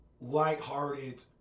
lighthearted